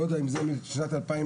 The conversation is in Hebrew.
אני לא יודע אם בשנת 2022-2023,